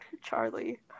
Charlie